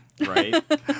right